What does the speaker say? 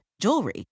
Jewelry